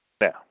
Now